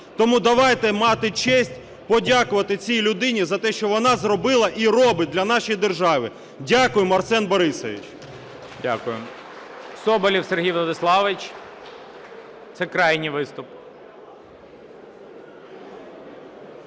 Тому давайте мати честь подякувати цій людині за те, що вона зробила і робить для нашої держави. Дякуємо, Арсен Борисович! ГОЛОВУЮЧИЙ. Дякую. Соболєв Сергій Владиславович. Це крайній виступ.